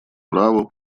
праву